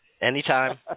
Anytime